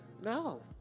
No